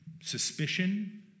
suspicion